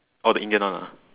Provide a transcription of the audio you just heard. oh the indian one ah